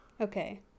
Okay